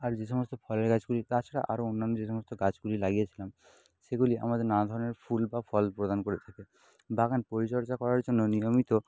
আর যে সমস্ত ফলের গাছগুলি তাছাড়া আরো অন্যান্য যে সমস্ত গাছগুলি লাগিয়েছিলাম সেগুলি আমাদের নানা ধরনের ফুল বা ফল প্রদান করে থাকে বাগান পরিচর্যা করার জন্য নিয়মিত